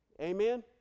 Amen